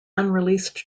unreleased